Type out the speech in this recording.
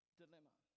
dilemma